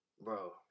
Bro